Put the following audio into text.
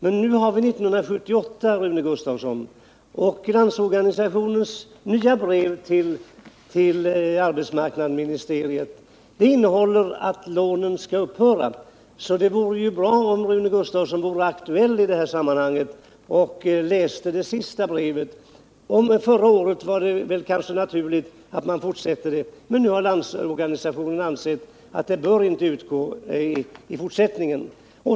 Men nu har vi 1978, Rune Gustavsson, och i LO:s nya brev till arbetsmarknadsministern uttalas att lånen bör upphöra. Det vore bra om Rune Gustavsson var aktuell och läste det senaste brevet. Förra året var det kanske naturligt att fortsätta med lånen, men nu har LO ansett att de inte bör utgå.